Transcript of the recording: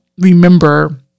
remember